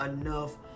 enough